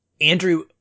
Andrew